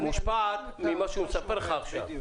השורה האחרונה מושפעת ממה שהוא מספר לך עכשיו.